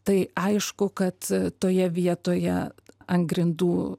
tai aišku kad toje vietoje ant grindų